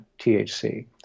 THC